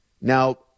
Now